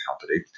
company